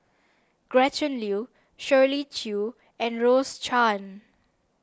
Gretchen Liu Shirley Chew and Rose Chan